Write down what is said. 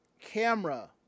camera